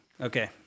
Okay